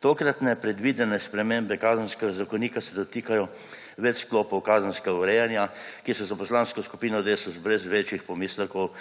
Tokratne predvidene spremembe Kazenskega zakonika se dotikajo več sklopov kazenskega urejanja in so za Poslansko skupino Desus brez večjih pomislekov